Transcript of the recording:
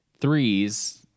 threes